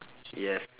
yes